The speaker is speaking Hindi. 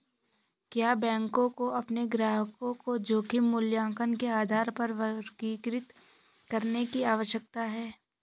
क्या बैंकों को अपने ग्राहकों को जोखिम मूल्यांकन के आधार पर वर्गीकृत करने की आवश्यकता है?